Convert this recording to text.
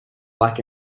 like